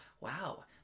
Wow